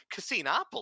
Casinopolis